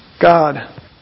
God